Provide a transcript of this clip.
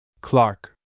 Clark